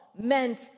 meant